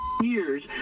years